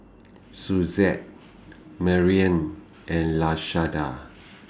Suzette Marian and Lashanda